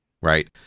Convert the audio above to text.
Right